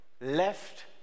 left